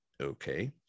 Okay